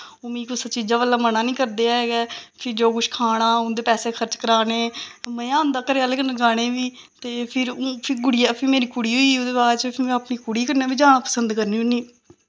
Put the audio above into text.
ओह् मिगी किसै चीजा गल्ला लेई मना नी करदे ऐ कि जो कुछ खाना उं'दे पैसे खर्च कराने मजा आंदा घरै आह्लै कन्नै जाने गी बी ते फिर मेरी हून फिर गुड़िया फिर मेरी कुड़ी होई गेई ओह्दे बाद च फ्ही में अपनी कुड़ी कन्नै जाना बी पसंद करनी होन्नी